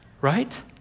right